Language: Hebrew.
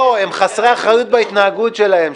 מתכוון שהם חסרי אחריות בהתנהגות שלהם.